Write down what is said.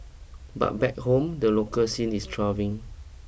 but back home the local scene is thriving